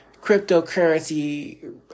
cryptocurrency